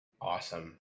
Awesome